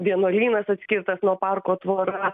vienuolynas atskirtas nuo parko tvora